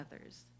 others